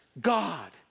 God